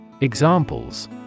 Examples